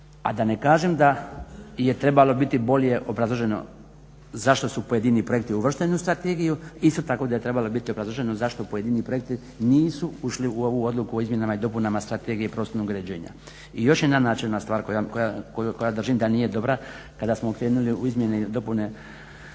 A da ne kažem da je trebalo biti bolje obrazloženo zašto su pojedini projekti uvršteni u strategiju. Isto tako da je trebalo biti obrazloženo zašto pojedini projekti nisu ušli u ovu odluku o Izmjenama i dopunama Strategije prostornog uređenja. I još jedna načelna stvar koju držim da nije dobra kada smo krenuli u Izmjene i dopune